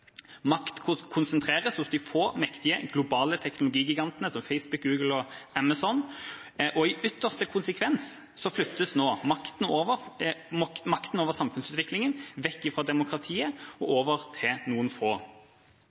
Makt konsentreres hos de få, mektige globale teknologigigantene, som Facebook, Google og Amazon, og i ytterste konsekvens flyttes nå makten over samfunnsutviklingen vekk fra demokratiet og over til noen få.